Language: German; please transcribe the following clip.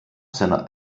seiner